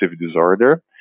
disorder